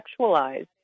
sexualized